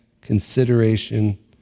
consideration